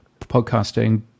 podcasting